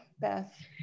Beth